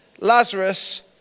Lazarus